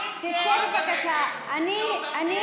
אנא ממך,